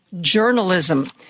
journalism